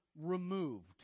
removed